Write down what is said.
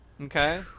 okay